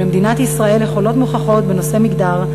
ולמדינת ישראל יכולות מוכחות בנושא מגדר,